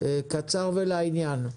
קצר ולעניין.